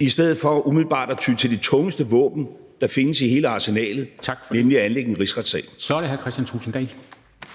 i stedet for umiddelbart at ty til de tungeste våben, der findes i hele arsenalet, nemlig at anlægge en rigsretssag. Kl. 15:36 Formanden